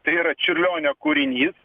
tai yra čiurlionio kūrinys